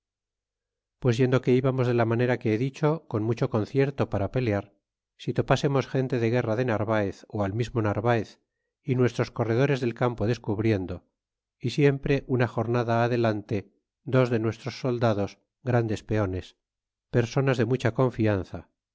pues yendo que íbamos de la manera que he dicho con mucho concierto para pelear si topsemos gente de guerra de narvaez ó al mismo narvaez y nuestros corredores del campo descubriendo ó siempre una jornada adelante dos de nuestros soldados grandes peones personas de mucha confianza